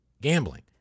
gambling